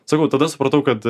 sakau tada supratau kad